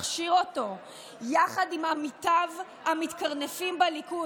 הכשיר אותו יחד עם עמיתיו המתקרנפים בליכוד,